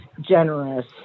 generous